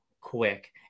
quick